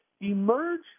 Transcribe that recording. emerge